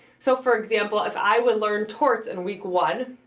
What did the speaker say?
so for example, if i would learn torts in week one,